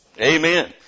Amen